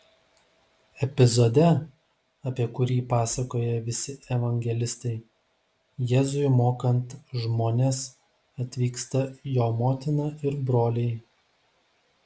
epizode apie kurį pasakoja visi evangelistai jėzui mokant žmones atvyksta jo motina ir broliai